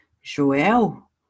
Joel